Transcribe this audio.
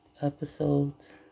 episodes